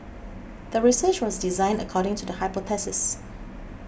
the research was designed according to the hypothesis